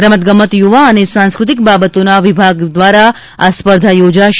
રમતગમત યુવા અને સાંસ્કૃતિક બાબતોના વિભાગ દ્વારા આ સ્પર્ધા યોજાશે